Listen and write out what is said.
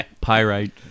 Pyrite